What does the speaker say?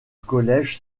collège